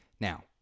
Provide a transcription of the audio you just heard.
Now